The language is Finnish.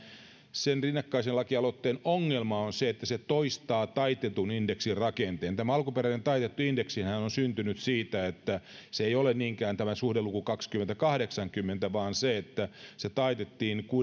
sen rinnakkaisen lakialoitteen ongelma on se että se toistaa taitetun indeksin rakenteen tämä alkuperäinen taitettu indeksihän on syntynyt siitä se ei ole niinkään tämä suhdeluku kaksikymmentä viiva kahdeksankymmentä että se taitettiin